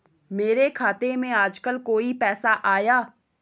मेरे खाते में आजकल कोई पैसा आया?